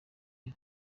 iwe